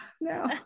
No